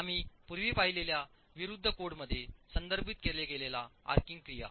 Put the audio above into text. आम्ही पूर्वी पाहिलेल्या विरूद्ध कोडमध्ये संदर्भित केला गेलेला आर्किंग क्रिया